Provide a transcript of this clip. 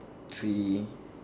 three